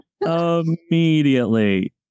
immediately